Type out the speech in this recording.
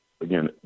again